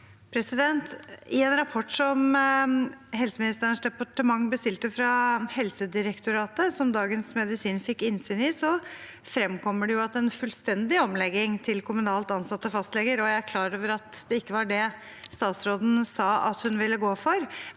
I en rap- port som helseministerens departement bestilte fra Helsedirektoratet, og som Dagens Medisin fikk innsyn i, fremkommer det at en fullstendig omlegging til kommunalt ansatte fastleger – og jeg er klar over at det ikke var det statsråden sa at hun ville gå inn